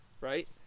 Right